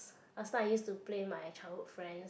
last time I used to play with my childhood friends